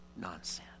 nonsense